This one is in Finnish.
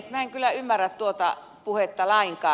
minä en kyllä ymmärrä tuota puhetta lainkaan